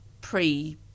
pre